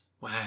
Wow